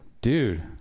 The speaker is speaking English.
dude